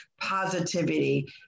positivity